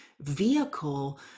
vehicle